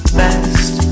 best